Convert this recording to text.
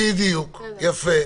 בדיוק, יפה.